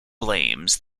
blames